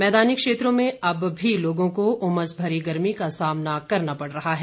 मैदानी क्षेत्रों में अब भी लोगों को उमस भरी गर्मी का सामना करना पड़ रहा है